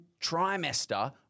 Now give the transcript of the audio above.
trimester